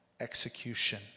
execution